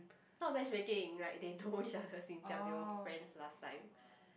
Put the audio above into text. not matchmaking like they know each other since young they were friends last time